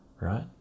right